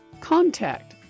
CONTACT